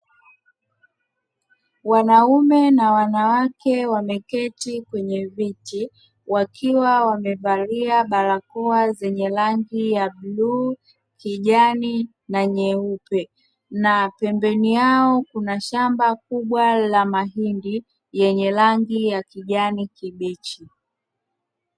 Wanaume na wanawake wameketi kwenye viti maalum vyenye rangi ya bluu, kijani na nyeupe, na pembeni yao kuna shamba kubwa la mahindi yenye rangi ya kijani kibichi.